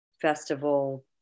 festival